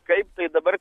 kaip tai dabar